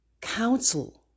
counsel